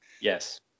Yes